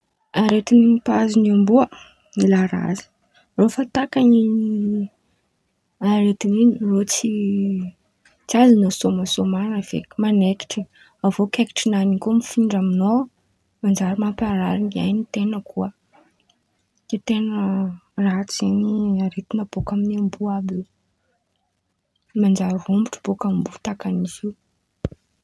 Aretin̈y mpahazo ny amboa: la razy; reô fa takan̈'in̈y aretin'in̈y irô tsy tsy azon̈ao sômasôman̈a feky, manaikitry, avô kaikitrin̈any in̈y koa mifindra amin̈ao manjary mamparary ain-ten̈a koa de ten̈a ratsy zen̈y aretin̈y baka amy amboa àby io, manjary rômbotro baka amboa takan'izy io.